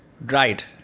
Right